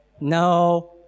No